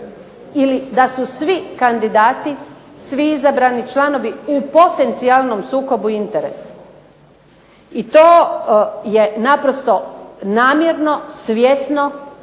ili da su svi kandidati, svi izabrani članovi u potencijalnom sukobu interesa i to je naprosto namjerno, svjesno